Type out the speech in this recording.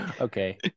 Okay